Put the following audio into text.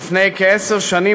"לפני כעשר שנים,